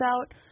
out